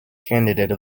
candidate